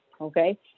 okay